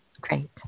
Great